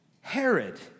Herod